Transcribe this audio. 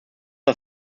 are